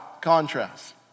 contrast